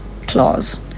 clause